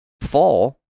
fall